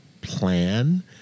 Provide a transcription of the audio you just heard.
plan